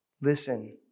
Listen